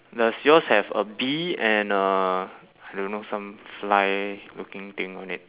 does yours have a bee and uh I don't know some fly looking thing on it